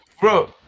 Bro